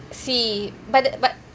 see but but